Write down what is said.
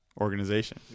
organization